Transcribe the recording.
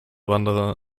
wanderer